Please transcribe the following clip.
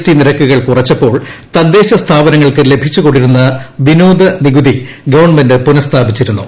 T നിരക്കുകൾ കുറച്ചപ്പോൾ തദ്ദേശസ്ഥാപനങ്ങൾക്ക് ലഭിച്ചുകൊണ്ടിരുന്ന വിനോദനികുതി ഗവൺമെന്റ് പുനഃസ്ഥാപിച്ചിരുന്നു